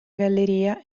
galleria